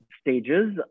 stages